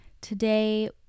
Today